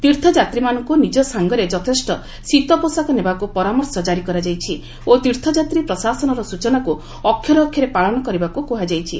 ତୀର୍ଥଯାତ୍ୱୀମାନଙ୍କୁ ନିଜ ସାଙ୍ଗରେ ଯଥେଷ୍ଟ ଶୀତ ପୋଷାକ ନେବାକୁ ପରାମର୍ଶ ଜାରି କରାଯାଇଛି ଓ ତୀର୍ଥଯାତ୍ରା ପ୍ରଶାସନର ସୂଚନାକୁ ଅକ୍ଷରେ ଅକ୍ଷରେ ପାଳନ କରିବାକୁ କୁହାଯାଇଛି